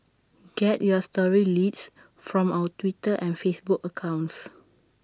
get your story leads from our Twitter and Facebook accounts